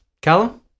Callum